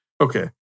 Okay